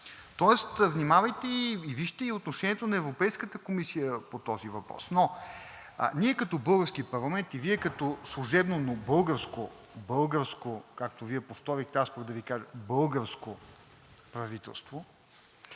Тоест, внимавайте и вижте и отношението на Европейската комисия по този въпрос. Но ние като български парламент и Вие като служебно, но българско, българско,